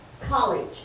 college